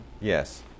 Yes